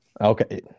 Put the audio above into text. Okay